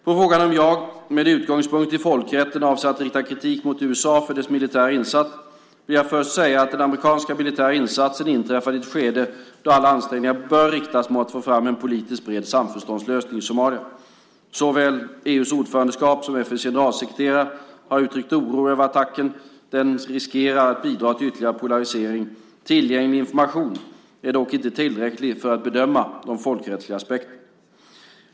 På frågan om jag, med utgångspunkt i folkrätten, avser att rikta kritik mot USA för dess militära insats, vill jag först säga att den amerikanska militära insatsen inträffade i ett skede då alla ansträngningar bör riktas mot att få fram en politisk bred samförståndslösning i Somalia. Såväl EU:s ordförandeskap som FN:s generalsekreterare har uttryckt oro över attacken. Attacken riskerar att bidra till en ytterligare polarisering. Tillgänglig information är dock inte tillräcklig för att bedöma de folkrättsliga aspekterna.